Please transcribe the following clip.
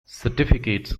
certificates